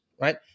right